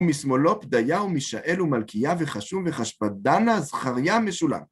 וּמִשְּׂמֹאלוֹ פְּדָיָה וּמִישָׁאֵל וּמַלְכִּיָּה וְחָשֻׁם וְחַשְׁבַּדָּנָה זְכַרְיָה מְשֻׁלָּם.